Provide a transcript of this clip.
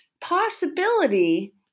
possibility